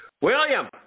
William